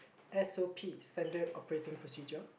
S_O_P Standard operating procedure